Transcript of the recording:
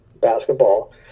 basketball